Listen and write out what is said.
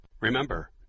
Remember